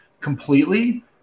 completely